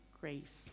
grace